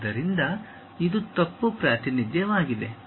ಆದ್ದರಿಂದ ಇದು ತಪ್ಪು ಪ್ರಾತಿನಿಧ್ಯವಾಗಿದೆ